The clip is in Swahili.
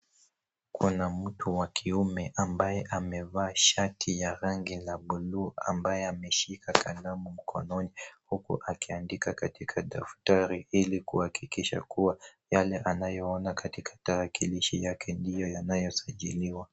Kuna mtu wa kiume ambaye amevaa shati ya rangi ya bluu ambaye ameshika kalamu mkononi. Huku akiandika katika daftari ili kuhakikisha kuwa yale anayoyaona katika tarakilishi yake ndiyo yanayosajiliwa.